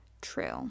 True